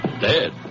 Dead